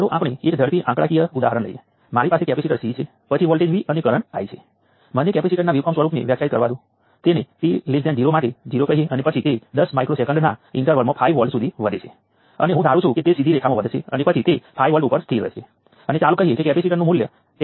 ચાલો આપણે આ દિશામાં 5 મિલિએમ્પ કરંટ સોર્સનું એક સરળ ઉદાહરણ લઈએ જે 10 વોલ્ટના વોલ્ટેજ સોર્સ સાથે જોડાયેલા નીચેની દિશામાં 2 મિલિએમ્પ કરંટ સાથે પેરેલલ છે